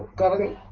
government